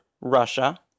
Russia